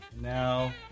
Now